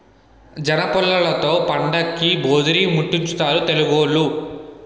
జనపుల్లలతో పండక్కి భోధీరిముట్టించుతారు తెలుగోళ్లు